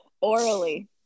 orally